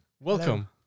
welcome